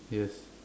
yes